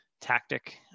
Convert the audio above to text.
tactic